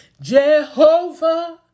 Jehovah